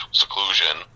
seclusion